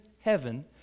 heaven